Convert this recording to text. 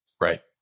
Right